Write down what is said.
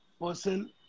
person